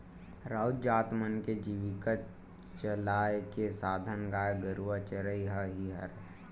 राउत जात मन के जीविका चलाय के साधन गाय गरुवा चरई ह ही हरय